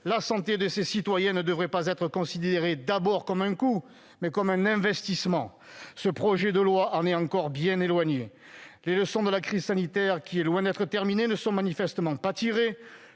la santé des citoyens ne devrait pas être considérée d'abord comme un coût, mais comme un investissement. Ce texte est encore bien éloigné d'une telle perspective. Les leçons de la crise sanitaire, qui est loin d'être terminée, ne sont manifestement pas tirées.